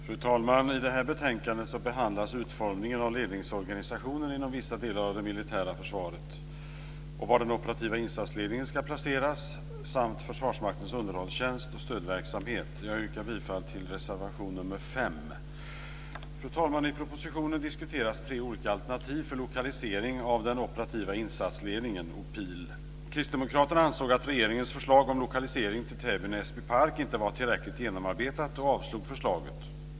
Fru talman! I det här betänkandet behandlas utformningen av ledningsorganisationen inom vissa delar av det militära försvaret, var den operativa insatsledningen ska placeras samt Försvarsmaktens underhållstjänst och stödverksamhet. Jag yrkar bifall till reservation nr 5. Fru talman! I propositionen diskuteras tre olika alternativ för lokalisering av den operativa insatsledningen, OPIL. Kristdemokraterna ansåg att regeringens förslag om lokalisering till Täby/Näsbypark inte var tillräckligt genomarbetat och avslog förslaget.